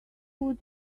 would